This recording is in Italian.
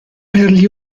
per